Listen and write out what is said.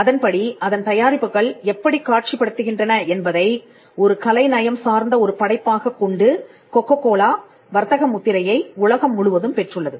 அதன்படி அதன் தயாரிப்புகள் எப்படி காட்சிப்படுத்தப்படுகின்றன என்பதை ஒரு கலைநயம் சார்ந்த ஒரு படைப்பாகக் கொண்டு கொக்கோகோலா வர்த்தக முத்திரையை உலகம் முழுவதும் பெற்றுள்ளது